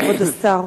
כבוד השר,